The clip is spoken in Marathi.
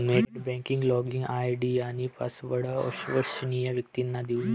नेट बँकिंग लॉगिन आय.डी आणि पासवर्ड अविश्वसनीय व्यक्तींना देऊ नये